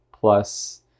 plus